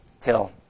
till